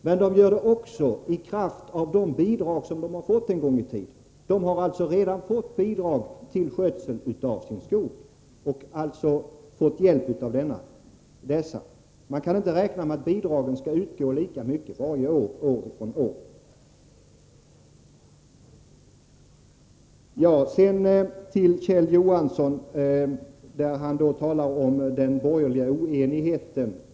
Men de gör det också i kraft av de bidrag som de en gång i tiden har fått — de har alltså redan fått bidrag för skötseln av sin skog och fått hjälp av dessa. Man kan däremot inte räkna med att bidrag skall utgå med lika mycket år från år. Kjell Johansson försökte bortförklara den borgerliga oenigheten.